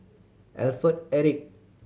Alfred Eric